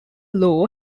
law